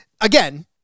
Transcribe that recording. again